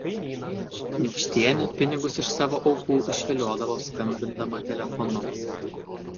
kniūkštienė pinigus iš savo aukų išviliodavo skambindama telefonu